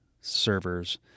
servers